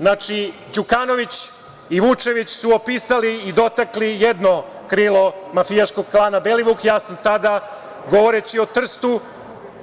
Znači, Đukanović i Vučević su opisali i dotakli jedno krilo mafijaškog klana Belivuk, ja sam sada govoreći o Trstu,